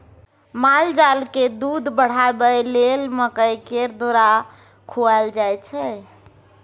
मालजालकेँ दूध बढ़ाबय लेल मकइ केर दर्रा खुआएल जाय छै